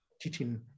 teaching